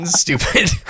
stupid